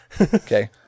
Okay